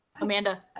Amanda